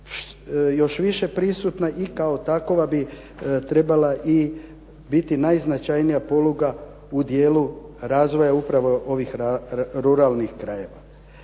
još više prisutna i kao takova bi trebala i biti najznačajnija poluga u dijelu razvoja upravo ovih ruralnih krajeva.